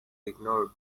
ignored